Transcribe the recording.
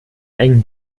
engem